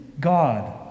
God